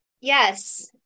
Yes